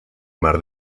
mar